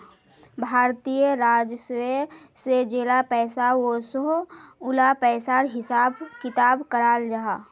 भारतीय राजस्व से जेला पैसा ओसोह उला पिसार हिसाब किताब कराल जाहा